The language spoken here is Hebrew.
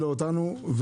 לא אותנו,